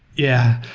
yeah.